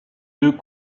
deux